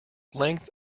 length